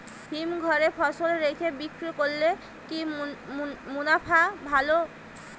হিমঘরে ফসল রেখে বিক্রি করলে কি মুনাফা ভালো?